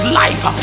life